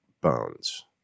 bones